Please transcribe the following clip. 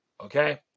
Okay